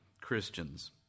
Christians